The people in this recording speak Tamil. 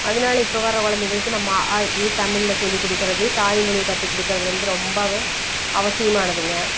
அதனால இப்போ வர்ற குழந்தைங்களுக்கு நம்ம அ ஆ இ ஈ தமிழில் சொல்லி கொடுக்கிறது தாய்மொழியை கத்துக்கொடுக்கிறது வந்து ரொம்பவே அவசியமானதுங்க